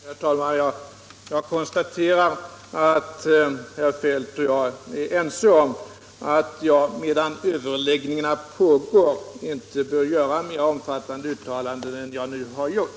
Herr talman! Jag konstaterar att herr Feldt och jag är ense om att jag medan överläggningarna pågår inte bör göra mera omfattande uttalanden än jag nu har gjort.